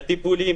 הטיפולים